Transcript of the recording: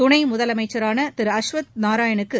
துணை முதலனமச்சரான திரு அஷ்வத் நாராயணுக்கு